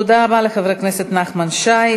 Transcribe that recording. תודה רבה לחבר הכנסת נחמן שי.